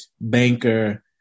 banker